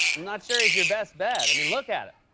not sure he's your best bet. i mean, look at him.